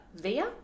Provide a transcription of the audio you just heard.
Via